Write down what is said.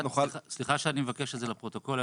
סליחה שאני מבקש את זה לפרוטוקול,